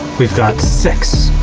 we've got six.